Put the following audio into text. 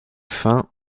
faim